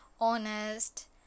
honest